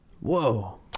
Whoa